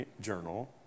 journal